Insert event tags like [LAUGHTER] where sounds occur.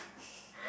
[BREATH]